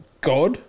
god